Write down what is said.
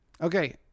okay